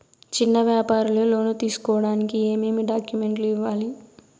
చిన్న వ్యాపారులు లోను తీసుకోడానికి ఏమేమి డాక్యుమెంట్లు ఇవ్వాలి?